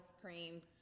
creams